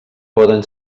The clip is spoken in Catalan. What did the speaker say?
poden